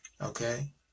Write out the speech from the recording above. okay